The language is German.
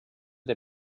der